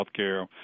Healthcare